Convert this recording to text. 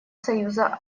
союза